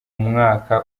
mwaka